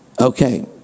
Okay